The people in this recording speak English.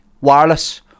Wireless